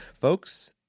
Folks